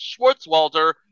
Schwartzwalder